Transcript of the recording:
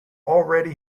already